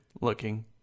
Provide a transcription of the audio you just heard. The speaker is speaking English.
looking